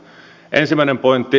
ensimmäinen pointti